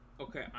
Okay